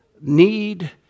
need